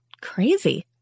crazy